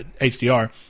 HDR